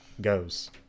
goes